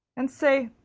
and say,